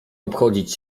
obchodzić